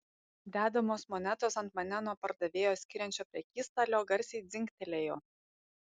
dedamos monetos ant mane nuo pardavėjo skiriančio prekystalio garsiai dzingtelėjo